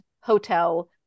hotel